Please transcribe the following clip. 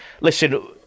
Listen